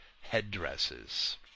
headdresses